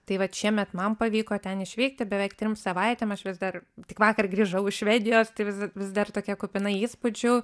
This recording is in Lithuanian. tai vat šiemet man pavyko ten išvykti beveik trim savaitėm aš vis dar tik vakar grįžau iš švedijos tai vis dar tokia kupina įspūdžių